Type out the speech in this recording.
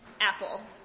Apple